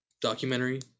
documentary